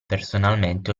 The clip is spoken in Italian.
personalmente